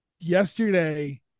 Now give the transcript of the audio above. yesterday